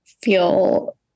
feel